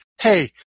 Hey